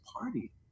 party